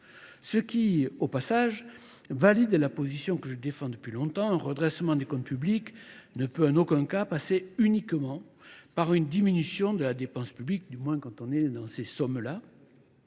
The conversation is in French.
Ce qui, au passage, valide la position que je défends depuis longtemps. Un redressement des comptes publics ne peut en aucun cas passer uniquement par une diminution de la dépense publique, du moins quand on est dans ces sommes-là.